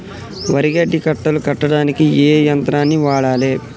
వరి గడ్డి కట్టలు కట్టడానికి ఏ యంత్రాన్ని వాడాలే?